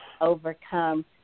overcome